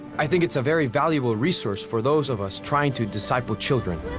i think it's a very valuable resource for those of us trying to disciple children.